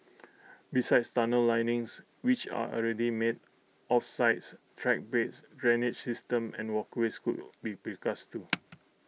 besides tunnel linings which are already made off sites track beds drainage systems and walkways could be precast too